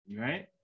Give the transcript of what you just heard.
Right